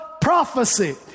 prophecy